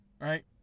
Right